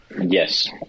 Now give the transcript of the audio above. Yes